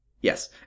Yes